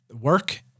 work